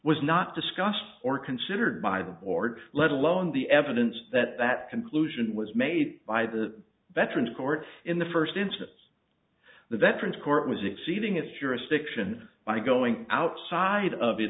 was not discussed or considered by the board let alone the evidence that that conclusion was made by the veterans court in the first instance the veterans court was exceeding its jurisdiction by going outside of